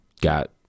got